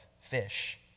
fish